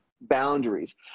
boundaries